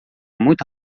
muito